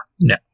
no